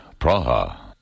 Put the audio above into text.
Praha